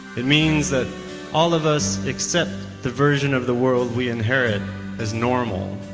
it means that all of us accept the version of the world we inherit is normal.